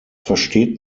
versteht